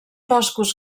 boscos